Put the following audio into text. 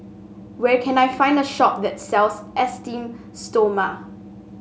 where can I find a shop that sells Esteem Stoma